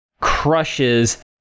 crushes